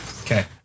Okay